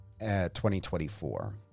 2024